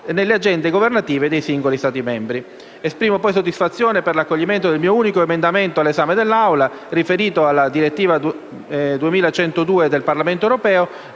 nelle agende governative dei singoli Stati membri. Esprimo soddisfazione per l'accoglimento del mio unico emendamento all'esame dell'Assemblea, riferito alla direttiva europea